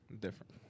different